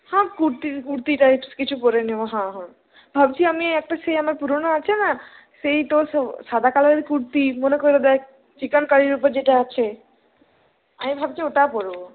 হ্যাঁ কুর্তি কুর্তি টাইপস কিছু পরে নেবো হাঁ হাঁ ভাবছি আমি একটা সেই আমার পুরানো আছে না সেই তোর সাদা কালারের কুর্তি মনে করে দ্যাখ চিকনকারির উপর যেটা আছে আমি ভাবছি ওটা পরবো